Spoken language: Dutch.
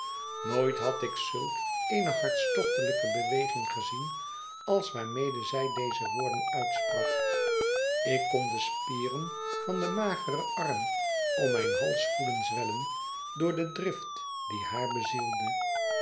nooit had ik zulk eene hartstochtelijke beweging gezien als waarmede zij deze woorden uitsprak ik kon de spieren van den mageren arm om mijn hals voelen zwellen door de drift die haar bezielde